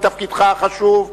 בתפקידך החשוב,